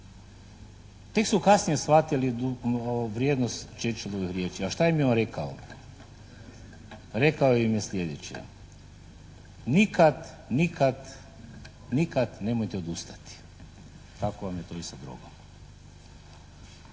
Tek su kasnije shvatili vrijednost Churchillovih riječi. A šta im je on rekao? Rekao im je sljedeće: «Nikad, nikad, nikad nemojte odustati.» Tako vam je to i sa drogom.